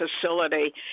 facility